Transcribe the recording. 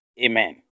Amen